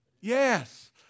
Yes